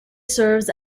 serves